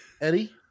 Eddie